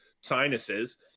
sinuses